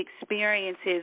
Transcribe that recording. experiences